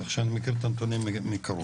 כך שאני מכיר את הנתונים מקרוב.